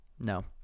No